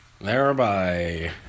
Thereby